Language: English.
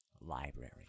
library